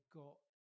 got